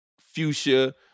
fuchsia